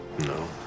No